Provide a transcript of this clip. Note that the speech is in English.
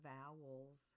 Vowels